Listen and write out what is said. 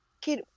kid